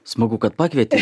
smagu kad pakvietei